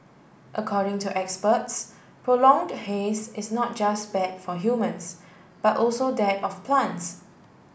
according to experts prolonged haze is not just bad for humans but also that of plants